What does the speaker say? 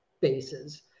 bases